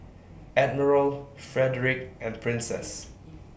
Admiral Frederic and Princess